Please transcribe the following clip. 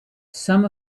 some